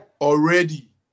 already